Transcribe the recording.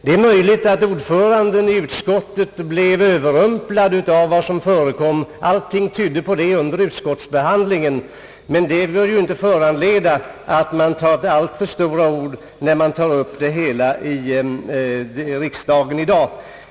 Det är möjligt att ordföranden i utskottet blev överrumplad av vad som förekom — allt tydde på detta under utskottsbehandlingen — men det bör ju inte föranleda att man tar till allt för starka ord, när man tar upp det hela i riksdagen i dag.